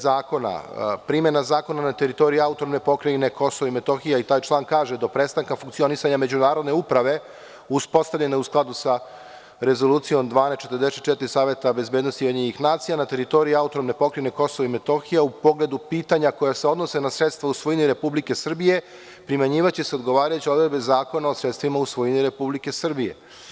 Zakona o primeni Zakona na teritoriji AP Kosovova i Metohije i taj član kaže – do prestanka funkcionisanja međunarodne uprave uspostavljene u skladu sa Rezolucijom 1244 Saveta bezbednosti UN na teritoriji AP Kosova i Metohije po pogledu pitanja koja se odnose na sredstva u svojini Republike Srbije primenjivaće se odgovarajuće odredbe Zakona o sredstvima u svojini Republike Srbije.